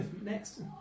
Next